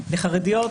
לחרדיות,